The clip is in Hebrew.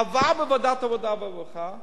עבר בוועדת העבודה והרווחה.